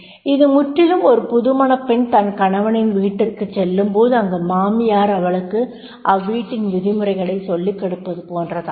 இது முற்றிலும் ஒரு புதுமணப் பெண் தனது கணவனின் வீட்டிற்குச் செல்லும்போது அங்கு மாமியார் அவளுக்கு அவ்வீட்டின் விதிமுறைகளைச் சொல்லிகொடுப்பது போன்றதாகும்